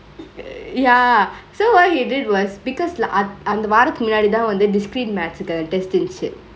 ya so what he did was because அந்த வாரத்துக்கு முன்னாடிதா வந்து:anthe vaarthukku munnadithaa vanthu discrete maths கு:ku test இருந்துச்சி:irunthuchi